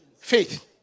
faith